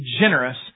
generous